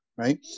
Right